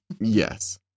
Yes